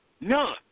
None